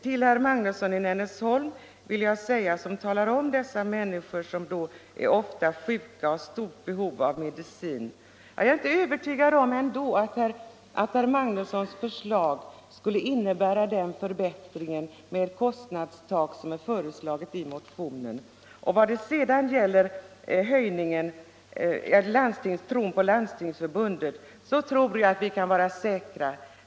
Till herr Magnusson i Nennesholm, som talar om människor som ofta är sjuka och har stort behov av medicin, vill jag säga att jag ändå inte Sjukförsäkringen, 50 är övertygad om att herr Magnussons förslag skulle innebära den förbättring som ett kostnadstak, vilket är föreslagit i motionen, skulle innebära. Vad sedan gäller tron på Landstingsförbundet tror jag vi kan känna oss säkra.